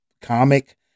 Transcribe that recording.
comic